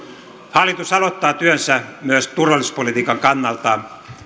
hallitus aloittaa työnsä myös turvallisuuspolitiikan kannalta